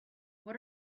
what